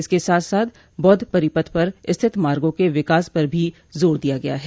इसके साथ साथ बौद्ध परिपथ पर स्थित मार्गो क विकास पर भी जोर दिया गया है